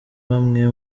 bamwe